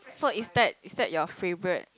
so it's that it's that your favourite